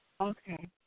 Okay